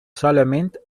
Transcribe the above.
solament